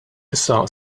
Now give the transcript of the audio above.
issa